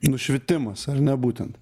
nušvitimas ar ne būtent